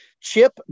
Chip